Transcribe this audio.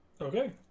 Okay